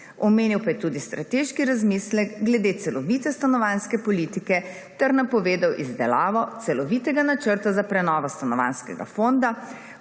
Omenil pa je tudi strateški razmislek glede celovite stanovanjske politike ter napovedal izdelavo celovitega načrta za prenovo stanovanjskega fonda,